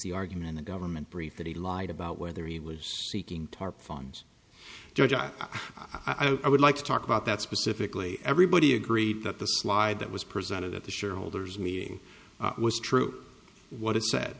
the argument the government brief that he lied about whether he was seeking tarp funds ga i would like to talk about that specifically everybody agreed that the slide that was presented at the shareholders meeting was true what it said